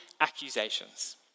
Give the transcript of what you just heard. accusations